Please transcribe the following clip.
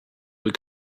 were